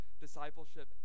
discipleship